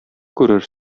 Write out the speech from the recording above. күрер